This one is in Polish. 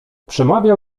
przemawiał